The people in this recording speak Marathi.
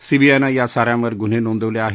सीबीआयनं या सा यांवर गुन्हे नोंदवले आहेत